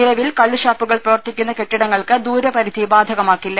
നിലവിൽ കള്ള് ്ഷാപ്പുകൾ പ്രവർത്തി ക്കുന്ന കെട്ടിടങ്ങൾക്ക് ദൂരപരിധി ബാധകമാക്കില്ല